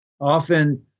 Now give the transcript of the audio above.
often